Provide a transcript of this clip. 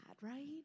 right